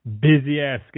busy-ass